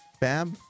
Bab